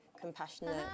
compassionate